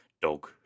dog